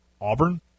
Auburn